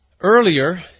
Earlier